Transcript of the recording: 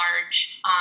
large